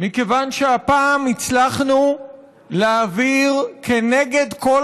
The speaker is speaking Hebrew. מכיוון שהפעם הצלחנו להעביר כנגד כל